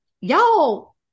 Y'all